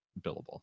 billable